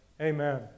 Amen